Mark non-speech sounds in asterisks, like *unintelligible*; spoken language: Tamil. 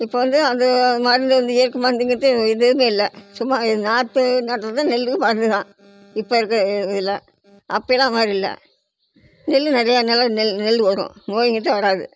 இப்போ வந்து அது மருந்து இல்லையே *unintelligible* மருந்து வித்து எதுவுமே இல்லை சும்மா இது நாற்று நடுறது நெல் வர்றது தான் இப்போ இருக்கிற இது இதில் அப்போல்லாம் அது மாதிரி இல்லை நெல் நிறையா நிலம் நெல் நெல் வரும் நோய் கிட்டே வராது